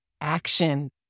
action